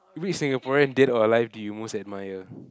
which Singaporean dead or alive do you most admire